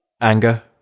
anger